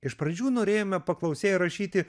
iš pradžių norėjome paklausėjui rašyti